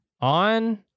on